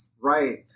right